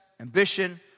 ambition